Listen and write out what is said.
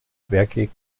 werke